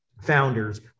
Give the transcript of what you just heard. founders